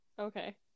Okay